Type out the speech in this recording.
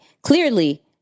clearly